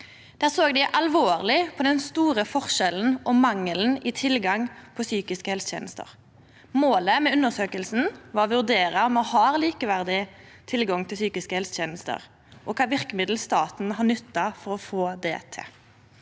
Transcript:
Der såg ein alvorleg på den store forskjellen og mangelen i tilgangen på psykiske helsetenester. Målet med undersøkinga var å vurdera om me har likeverdig tilgang til psykiske helsetenester, og kva verkemiddel staten har nytta for å få det til.